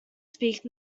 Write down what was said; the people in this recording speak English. speak